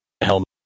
helmet